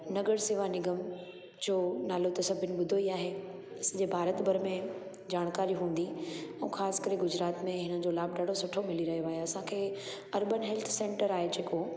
नगर सेवा निगम जो नालो त सभिनि ॿुधो ई आहे सॼे भारत भर में जानकारी हूंदी ऐं ख़ासिकरे गुजरात में हिनजो लाभ ॾाढो सुठो मिली रहियो आहे असांखे अर्बन हेल्थ सेंटर आहे जेको